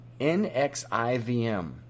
NXIVM